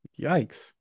yikes